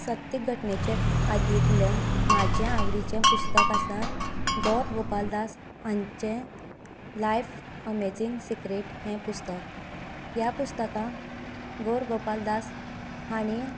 सत्य घटनेचेर आधरिल्ले म्हजे आवडीचे पुस्तक आसा गौर गोपालदास हांचे लायफ अमेझींग सिक्रेट हे पुस्तक ह्या पुस्तकां गौर गोपालदास हाणी